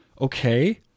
Okay